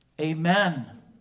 Amen